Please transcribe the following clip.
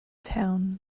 town